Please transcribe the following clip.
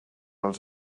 als